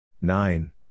Nine